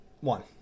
one